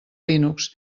linux